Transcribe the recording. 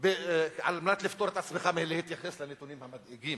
על מנת לפטור את עצמך מלהתייחס לנתונים המדאיגים,